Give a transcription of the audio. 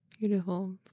Beautiful